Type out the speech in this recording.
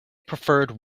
preferred